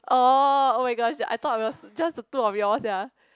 orh oh my gosh I thought it was just the two of you all sia